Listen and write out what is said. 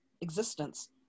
existence